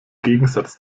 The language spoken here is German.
gegensatz